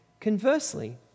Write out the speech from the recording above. Conversely